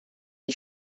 die